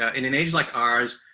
ah in an age like ours,